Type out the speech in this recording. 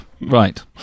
Right